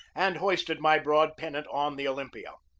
and hoisted my broad pen nant on the olympia.